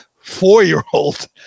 four-year-old